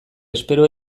espero